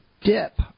dip